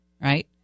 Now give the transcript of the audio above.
right